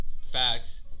Facts